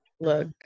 Look